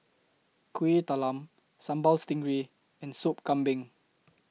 Kuih Talam Sambal Stingray and Sop Kambing